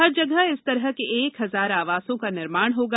हर जगह इस तरह के एक हजार आवासों का निर्माण होगा